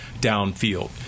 downfield